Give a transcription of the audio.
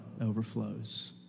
overflows